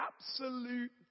absolute